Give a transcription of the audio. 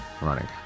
running